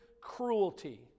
cruelty